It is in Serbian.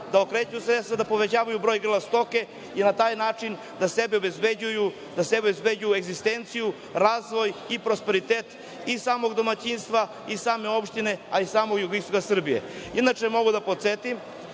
da okreću sredstva, da povećavaju broj grla stoke i na taj način da sebi obezbeđuju egzistenciju, razvoj i prosperitet i samog domaćinstva i same opštine, a i samog jugoistoka Srbije. Inače, mogu da podsetim